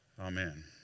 Amen